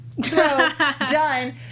Done